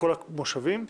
בכל המושבים.